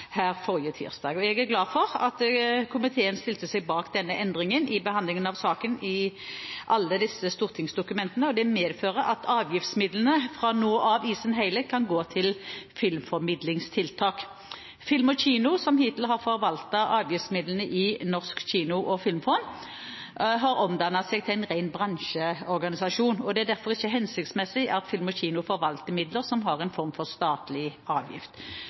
her forrige tirsdag. Jeg er glad for at komiteen stilte seg bak denne endringen ved behandlingen av saken i alle disse stortingsdokumentene. Det medfører at avgiftsmidlene fra nå av i sin helhet kan gå til filmformidlingstiltak. Film & Kino, som hittil har forvaltet avgiftsmidlene i Norsk kino- og filmfond, har omdannet seg til en ren bransjeorganisasjon. Det er derfor ikke hensiktsmessig at Film & Kino forvalter midler som har form av en statlig avgift.